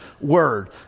Word